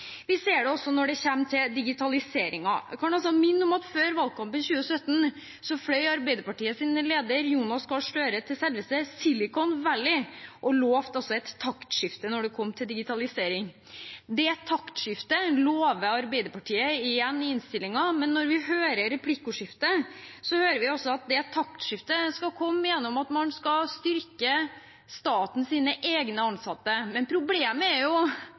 Vi ser det også når det gjelder digitaliseringen. Jeg kan minne om at før valgkampen i 2017 fløy Arbeiderpartiets leder, Jonas Gahr Støre, til selveste Silicon Valley og lovet et taktskifte når det gjaldt digitalisering. Det taktskiftet lover Arbeiderpartiet igjen i innstillingen, men i replikkordskiftet hører vi at taktskiftet skal komme gjennom å styrke statens egne ansatte. Men problemet er jo